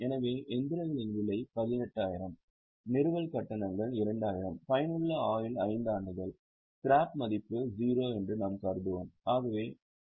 எனவே இயந்திரங்களின் விலை 18000 நிறுவல் கட்டணங்கள் 2000 பயனுள்ள ஆயுள் 5 ஆண்டுகள் ஸ்கிராப் மதிப்பு 0 என்று நாம் கருதுவோம்